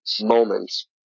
moments